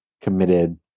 committed